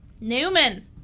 Newman